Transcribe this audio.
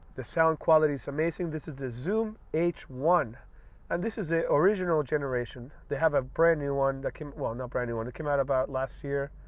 the sound quality is amazing. this is the zoom h one and this is a original generation. they have a brand new one that came well no brand new one that came out about last year.